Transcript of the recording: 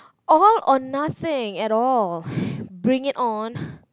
all or nothing at all bring it on